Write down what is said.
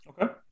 Okay